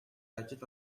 ажил